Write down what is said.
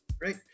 Great